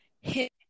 hit